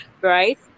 right